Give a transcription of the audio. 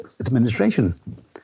administration